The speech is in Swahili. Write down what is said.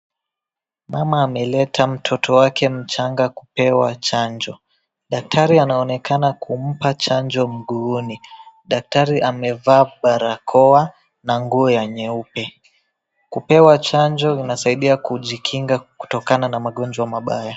Mama ameleta mtoto wake mchanga kupewa chanjo. Daktari anaonekana kumpa chanjo mguuni. Daktari amevaa barakoa na nguo ya nyeupe. Kupewa chanjo inasaidia kujikinga kutokana na magonjwa mabaya.